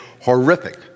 horrific